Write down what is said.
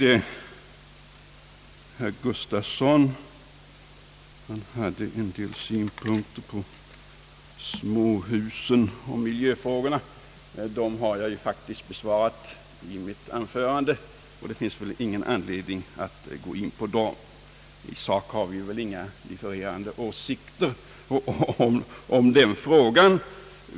Herr Gustafsson hade en del synpunkter på småhusen och miljöfrågorna. Dessa frågor har jag faktiskt besvarat i mitt anförande, och det finns ingen anledning att ytterligare gå in på dem. I sak har vi väl inga varierande åsikter i den frågan.